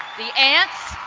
the aunts,